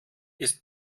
ist